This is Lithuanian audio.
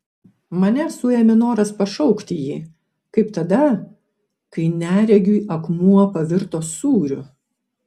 mane suėmė noras pašaukti jį kaip tada kai neregiui akmuo pavirto sūriu